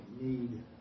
need